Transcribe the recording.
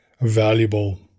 valuable